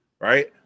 right